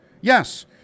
Yes